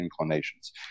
inclinations